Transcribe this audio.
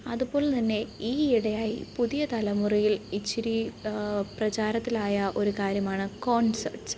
അതുപോലെത്തന്നെ ഈ ഇടയായി പുതിയ തലമുറയിൽ ഇച്ചിരി പ്രചാരത്തിലായ ഒരു കാര്യമാണ് കോൺസേട്സ്